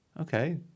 okay